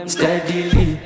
Steadily